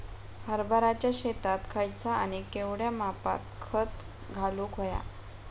हरभराच्या शेतात खयचा आणि केवढया मापात खत घालुक व्हया?